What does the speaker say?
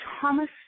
Thomas